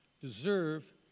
deserve